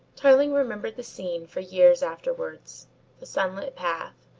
tarling remembered the scene for years afterwards the sunlit path,